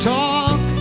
talk